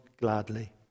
gladly